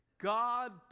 God